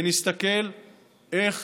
ונסתכל איך